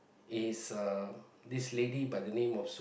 is a this lady by the name of